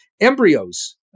embryos